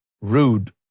rude